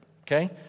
okay